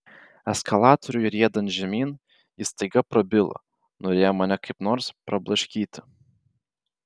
eskalatoriui riedant žemyn jis staiga prabilo norėjo mane kaip nors prablaškyti